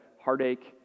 heartache